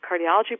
cardiology